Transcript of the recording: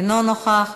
אינו נוכח,